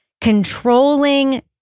controlling